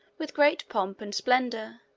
with great pomp and splendor.